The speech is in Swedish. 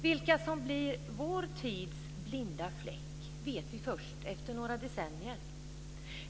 Vilka som blir vår tids blinda fläck vet vi först efter några decennier.